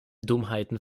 dummheiten